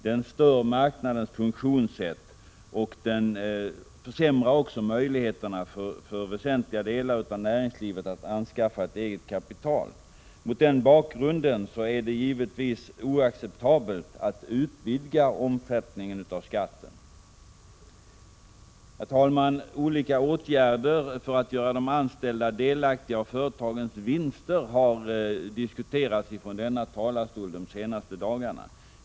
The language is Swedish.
Den stör marknadens funktionssätt och försämrar också möjligheterna för väsentliga delar av näringslivet att anskaffa eget kapital. Mot den bakgrunden är det givetvis oacceptabelt att utvidga omfattningen av skatten. Herr talman! Olika åtgärder för att göra de anställda delaktiga av företagens vinster har diskuterats från denna talarstol under de senaste dagarna.